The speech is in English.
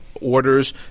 orders